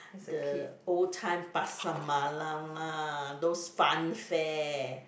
the old time Pasar Malam lah those fun fair